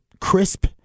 Crisp